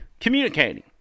communicating